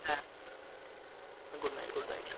হ্যাঁ হ্যাঁ good night good night